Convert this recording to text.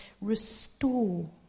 restore